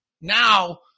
now